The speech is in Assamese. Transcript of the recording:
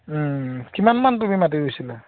ওম কিমানমান তুমি মাটি ৰুইছিলা